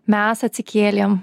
mes atsikėlėm